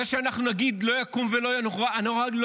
זה שאנחנו נגיד: לא יקום ולא יהיה,